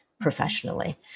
professionally